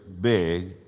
big